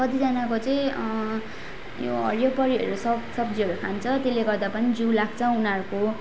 कतिजनाको चाहिँ यो हरियो परियोहरू साग सब्जीहरू खान्छ त्यसले गर्दा पनि जिउ लाग्छ उनीहरूको